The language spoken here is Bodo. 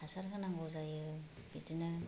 हासार होनांगौ जायो बिदिनो